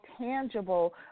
tangible